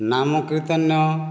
ନାମ କୀର୍ତ୍ତନ